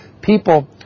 people